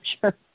sure